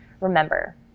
Remember